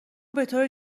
بطور